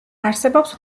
არსებობს